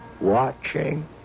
watching